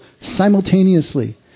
simultaneously